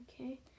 Okay